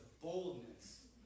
boldness